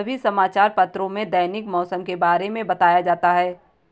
सभी समाचार पत्रों में दैनिक मौसम के बारे में बताया जाता है